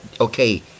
okay